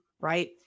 right